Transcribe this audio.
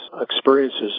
experiences